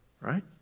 right